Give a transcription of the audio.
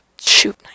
Shoot